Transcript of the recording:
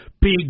big